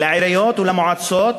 ולעיריות ולמועצות,